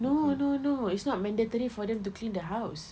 no no no no it's not mandatory for them to clean the house